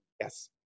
yes